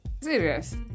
Serious